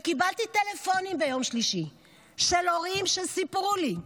קיבלתי טלפונים ביום שלישי מהורים שסיפרו לי: